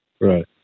Right